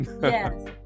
yes